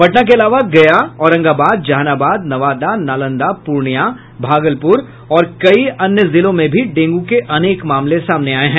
पटना के अलावा गया औरंगाबाद जहानाबाद नवादा नालंदा पूर्णिया भागलपुर और कई अन्य जिलों में भी डेंगू के अनेक मामले सामने आये हैं